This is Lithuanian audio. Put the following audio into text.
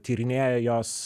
tyrinėja jos